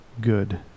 good